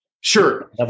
Sure